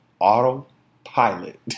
autopilot